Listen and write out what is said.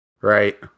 right